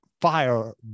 Fire